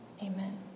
amen